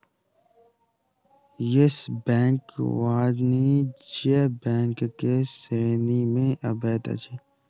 yes Bank वाणिज्य bank के श्रेणी में अबैत अछि